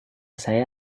saya